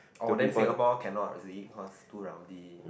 orh then Singapore cannot you see because too rowdy